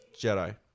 Jedi